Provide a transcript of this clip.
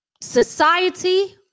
society